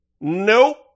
Nope